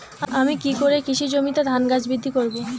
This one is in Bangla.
আমি কী করে কৃষি জমিতে ধান গাছ বৃদ্ধি করব?